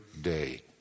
day